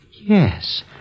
yes